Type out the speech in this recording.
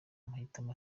mahitamo